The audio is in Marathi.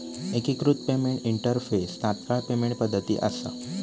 एकिकृत पेमेंट इंटरफेस तात्काळ पेमेंट पद्धती असा